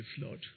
Lord